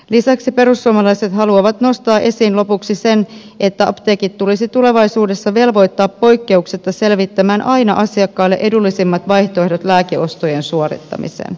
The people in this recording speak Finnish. lisäksi perussuomalaiset haluavat nostaa esiin lopuksi sen että apteekit tulisi tulevaisuudessa velvoittaa poikkeuksetta selvittämään aina asiakkaalle edullisimmat vaihtoehdot lääkeostojen suorittamiseen